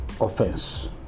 offense